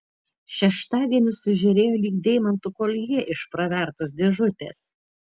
šeštadienis sužėrėjo lyg deimantų koljė iš pravertos dėžutės